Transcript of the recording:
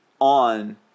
on